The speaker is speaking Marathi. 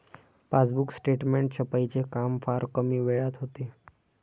पासबुक स्टेटमेंट छपाईचे काम फार कमी वेळात होते